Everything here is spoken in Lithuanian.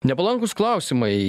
nepalankūs klausimai